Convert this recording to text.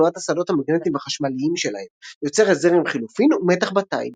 תנועת השדות המגנטיים והחשמליים שלהם יוצרת זרם חילופין ומתח בתיל.